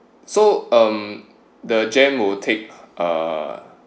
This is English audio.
so um the jam will take uh